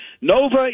Nova